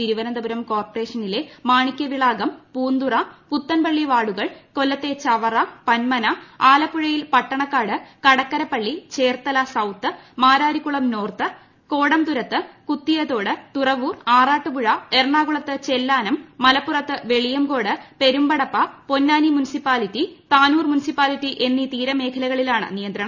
തിരുവനന്തപുരം കോർപ്പറേഷനിലെ മാണിക്യവിളാകം പൂന്തുറ പുത്തൻപള്ളി വാർഡുകൾ കൊല്ലത്തെ ചവറ പന്മന ആലപ്പുഴയിൽ പട്ടണക്കാട് കടക്കരപ്പള്ളി ചേർത്തല സൌത്ത് മാരാരിക്കുളം നോർത്ത് കോടംതുരുത്ത് കുത്തിയതോട് തുറവൂർ ആറാട്ടുപുഴ എറണാകുളത്ത് ചെല്ലാനം മലപ്പുറത്ത് വെളിയംകോട് പെരുമ്പടപ്പ പൊന്നാനി മുനിസിപ്പാലിറ്റി താനൂർ മുനിസിപ്പാലിറ്റി എന്നീ തീര മേഖലകളിലാണ് ് ഇന്ന് മുതൽ നിയന്ത്രണം